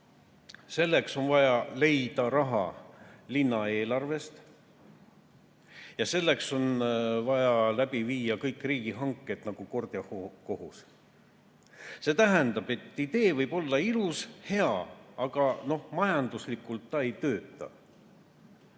selleks on vaja leida raha linna eelarvest ja selleks on vaja läbi viia kõik riigihanked nagu kord ja kohus. See tähendab, et idee võib olla ilus ja hea, aga majanduslikult ta ei tööta.